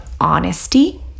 honesty